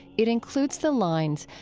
it includes the lines,